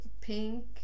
pink